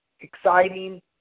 exciting